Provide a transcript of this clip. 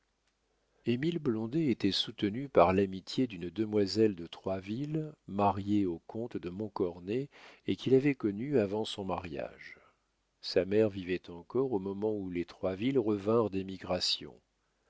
qualités émile blondet était soutenu par l'amitié d'une demoiselle de troisville mariée au comte de montcornet et qu'il avait connue avant son mariage sa mère vivait encore au moment où les troisville revinrent d'émigration